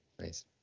Nice